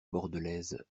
bordelaise